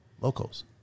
locals